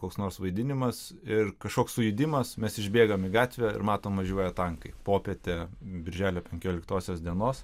koks nors vaidinimas ir kažkoks sujudimas mes išbėgam į gatvę ir matom važiuoja tankai popietė birželio penkioliktosios dienos